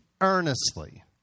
earnestly